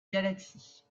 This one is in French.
galaxie